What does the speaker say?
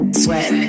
sweat